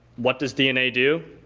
what does dna do?